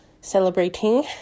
celebrating